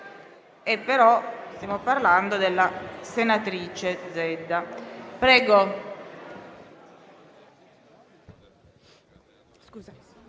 Stiamo però parlando della senatrice Zedda.